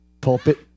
pulpit